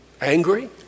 angry